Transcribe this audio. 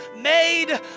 made